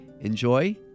enjoy